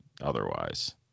otherwise